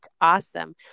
Awesome